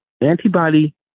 Antibody